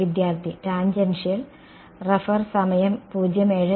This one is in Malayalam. വിദ്യാർത്ഥി ടാൻജെൻഷ്യൽ